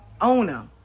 owner